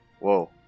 Whoa